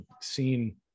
seen